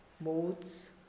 modes